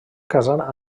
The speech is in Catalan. casar